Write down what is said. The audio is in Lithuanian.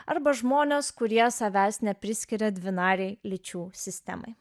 arba žmonės kurie savęs nepriskiria dvinarė lyčių sistemai